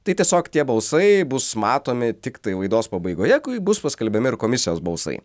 tai tiesiog tie balsai bus matomi tiktai laidos pabaigoje kai bus paskelbiami ir komisijos balsai